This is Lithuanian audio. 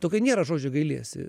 tokio nėra žodžio gailiesi